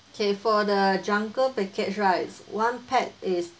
okay for the jungle package right one pax is